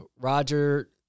Roger